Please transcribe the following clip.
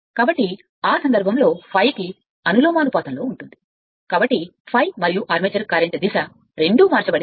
కాబట్టి ఆ సందర్భంలో ∅ కు అనులోమానుపాతంలో ఉంటుంది కాబట్టి ∅ మరియు ఆర్మేచర్ కరెంట్ దిశ రెండూ మార్చబడతాయి